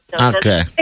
Okay